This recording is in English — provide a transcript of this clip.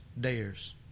dares